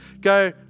go